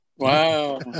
Wow